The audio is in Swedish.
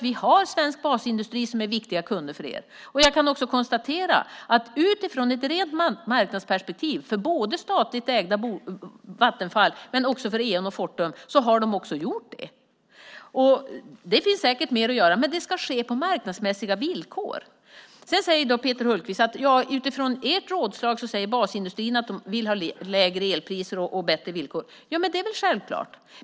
Vi har svensk basindustri som är viktiga kunder för er. Jag kan också konstatera utifrån ett rent marknadsperspektiv både för statligt ägda Vattenfall och för Eon och Fortum att de också har gjort det. Det finns säkert mer att göra. Men det ska ske på marknadsmässiga villkor. Peter Hultqvist säger utifrån Socialdemokraternas rådslag att industrin säger att de vill ha lägre elpriser och bättre villkor. Det är väl självklart.